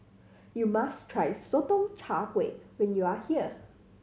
you must try Sotong Char Kway when you are here